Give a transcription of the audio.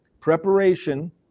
preparation